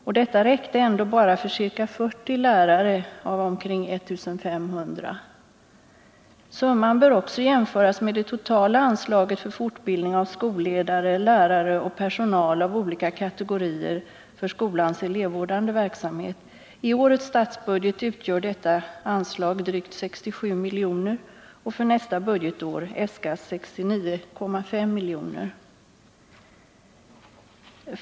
Och detta räckte ändå bara för ca 40 lärare av omkring 1500. Summan bör också jämföras med det totala anslaget för fortbildning av skolledare, lärare och personal av olika kategorier för skolans elevvårdande verksamhet. I årets statsbudget utgör detta anslag drygt 67 miljoner, och för nästa budgetår äskas 69,5 miljoner.